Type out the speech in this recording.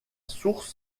source